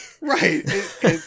Right